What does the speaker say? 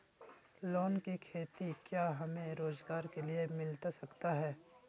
Loan खेती क्या हमें रोजगार के लिए मिलता सकता है?